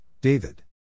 David